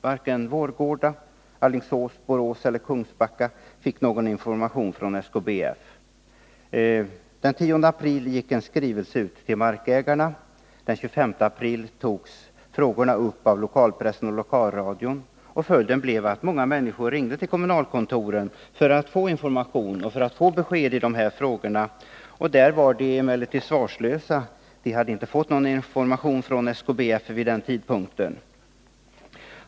Varken Vårgårda, Alingsås, Borås eller Kungsbacka fick någon information från SKBF. Den 10 april gick en skrivelse ut till markägarna. Den 25 april togs frågorna upp i lokalpressen och lokalradion. Följden blev att många människor ringde till kommunalkontoren för att få information och besked i de här frågorna. Där var man emellertid svarslös — man hade inte fått någon information från SKBF.